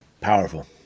Powerful